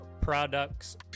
products